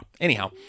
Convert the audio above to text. Anyhow